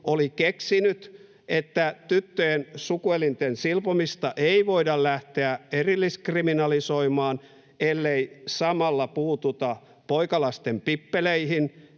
oli keksinyt, että tyttöjen sukuelinten silpomista ei voida lähteä erilliskriminalisoimaan, ellei samalla puututa poikalasten pippeleihin